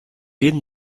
jedem